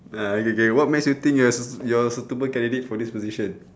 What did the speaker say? ah okay K what makes you think you're sui~ you're suitable candidate for this position